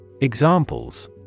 Examples